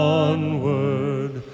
onward